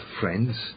friends